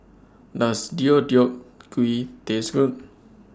Does Deodeok Gui Taste Good